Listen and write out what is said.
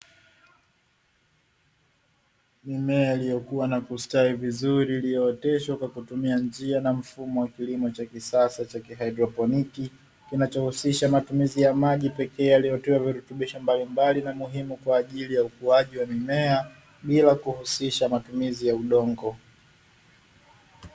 Mimea iliyokua na kustawi vizuri iliyooteshwa kwa kutumia njia na mfumo wa kilimo cha kisasa cha kihaidroponi, kinachohusisha matumizi ya maji pekee yaliyotiwa virutubisho mbalimbali na muhimu kwa ajili ya ukuaji wa mimea, bila kuhusisha matumizi ya udongo.